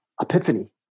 epiphany